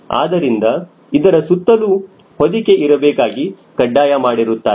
ಆದ್ದರಿಂದ ಇದರ ಸುತ್ತಲೂ ಹೊದಿಕೆ ಇರಬೇಕಾಗಿ ಕಡ್ಡಾಯ ಮಾಡಿರುತ್ತಾರೆ